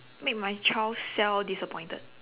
make my child self disappointed